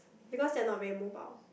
because they're not very mobile